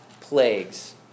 plagues